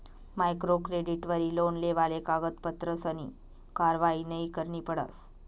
micro क्रेडिटवरी loan लेवाले कागदपत्रसनी कारवायी नयी करणी पडस